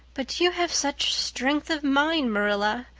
but you have such strength of mind, marilla.